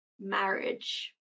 marriage